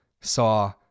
saw